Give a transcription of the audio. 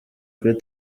kuri